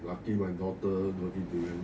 lucky my daughter don't eat durian